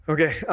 Okay